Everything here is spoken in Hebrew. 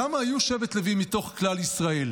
כמה היו שבט לוי מתוך כלל ישראל?